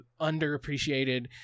underappreciated